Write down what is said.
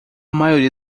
maioria